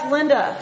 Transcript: Linda